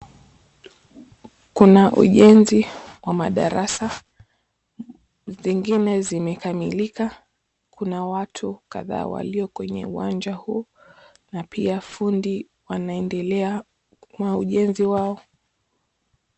Kuna ujenzi wa madarasa, zingine zimekamilika. Kuna watu kadhaa walio kwenye uwanja huu na pia fundi wanaendelea na ujenzi wao.